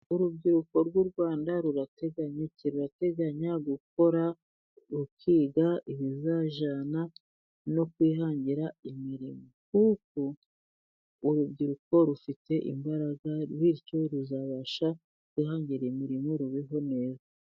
Urubyiruko rw'u Rwanda rurateganya iki? Rurateganya gukora, rukiga ibizajyana no kwihangira imirimo, kuko urubyiruko rufite imbaraga, bityo ruzabasha kwihangira imirimo rubeho neza.